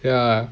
ya